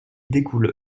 découle